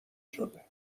شده